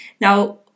Now